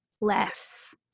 less